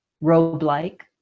Robe-like